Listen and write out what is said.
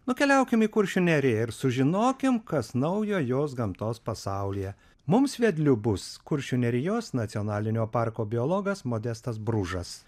nukeliaukim į kuršių neriją ir sužinokim kas naujo jos gamtos pasaulyje mums vedliu bus kuršių nerijos nacionalinio parko biologas modestas bružas